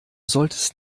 solltest